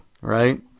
right